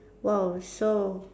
!wow! so